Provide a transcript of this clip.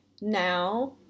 Now